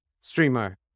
streamer